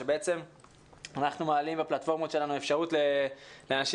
שאנחנו מעלים בפלטפורמות שלנו אפשרות לאנשים